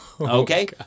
Okay